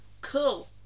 Cool